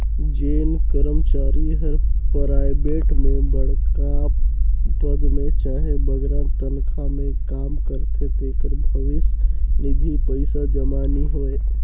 जेन करमचारी हर पराइबेट में बड़खा पद में चहे बगरा तनखा में काम करथे तेकर भविस निधि पइसा जमा नी होए